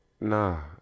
nah